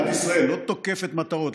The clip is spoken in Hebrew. לא תוקפת מטרות,